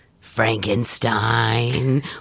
Frankenstein